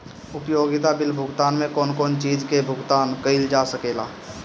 उपयोगिता बिल भुगतान में कौन कौन चीज के भुगतान कइल जा सके ला?